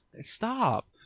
Stop